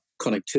connectivity